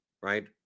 Right